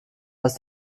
ist